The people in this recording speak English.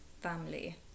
family